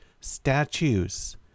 statues